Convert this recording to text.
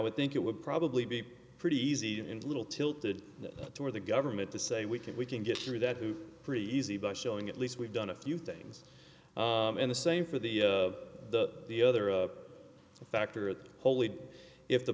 would think it would probably be pretty easy and a little tilted toward the government to say we can we can get through that who pretty easy by showing at least we've done a few things and the same for the the the other factor of holy if the